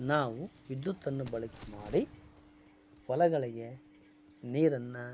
ನಾವು ವಿದ್ಯುತ್ತನ್ನು ಬಳಕೆ ಮಾಡಿ ಹೊಲಗಳಿಗೆ ನೀರನ್ನು